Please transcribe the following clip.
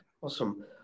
Awesome